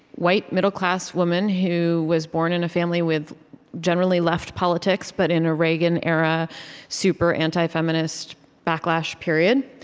white, middle-class woman who was born in a family with generally left politics, but in a reagan-era, super anti-feminist backlash period.